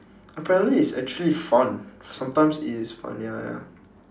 apparently it's actually fun sometimes it is fun ya ya